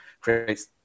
creates